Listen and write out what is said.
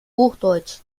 hochdeutsch